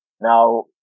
Now